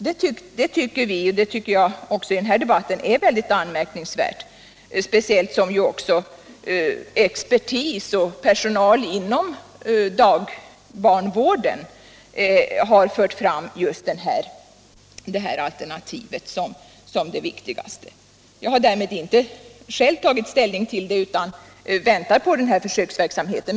Detta handlande finner jag mycket anmärkningsvärt, speciellt som också expertis och personal inom barntillsynen har fört fram det sistnämnda alternativet som det viktigaste. Jag har inte med det sagda själv tagit ställning i frågan utan vill först avvakta resultatet av försöksverksamheten.